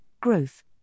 growth